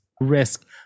risk